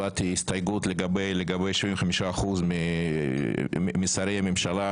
הבעתי הסתייגויות לגבי 75% משרי הממשלה,